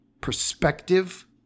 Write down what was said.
perspective